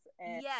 Yes